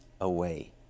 away